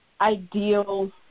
ideal